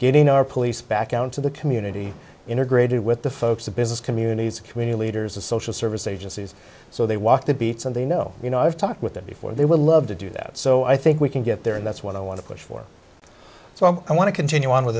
getting our police back out into the community integrated with the focus of business communities community leaders the social service agencies so they walk the beat and they know you know i've talked with them before they would love to do that so i think we can get there and that's what i want to push for so i want to continue on with